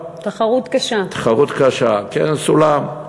תחרות קשה, כן, סולם.